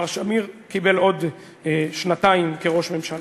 ומר שמיר קיבל עוד שנתיים כראש הממשלה.